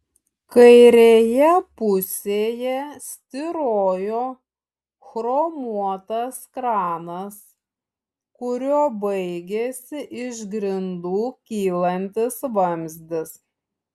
kairėje pusėje styrojo chromuotas kranas kuriuo baigėsi iš grindų kylantis vamzdis